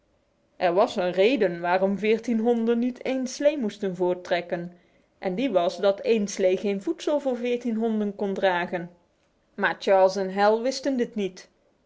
er was een reden waarom veertien honden niet één slee moesten voorttrekken en die was dat één slee geen voedsel voor veertien honden kon dragen maar charles en hal wisten dit niet